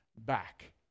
back